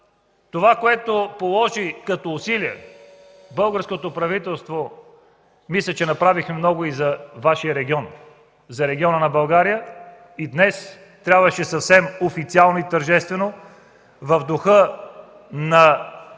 времето е изтекло) българското правителство, мисля, че направихме много и за Вашия регион, за региона на България, и днес трябваше съвсем официално и тържествено, в духа на